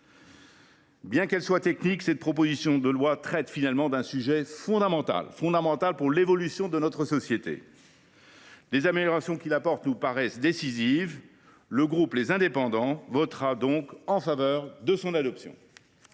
Bien que technique, cette proposition de loi traite d’un sujet fondamental pour l’évolution de notre société. Les améliorations qu’elle apporte nous paraissent décisives. Aussi le groupe Les Indépendants votera t il en faveur de son adoption.